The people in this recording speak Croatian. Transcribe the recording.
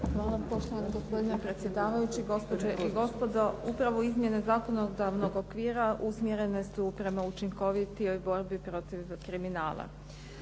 Hvala. Poštovani gospodine predsjedavajući, gospođe i gospodo. Upravo izmjene zakonodavnog okvira usmjerene su prema učinkovitijoj borbi protiv kriminala.